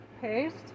Paste